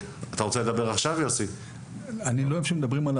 אנחנו בהחלט גם בביקור